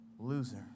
loser